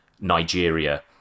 Nigeria